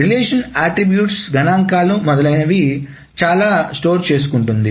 relation attributes గణాంకాలను మొదలైనవి చాలా స్టోర్ చేసుకుంది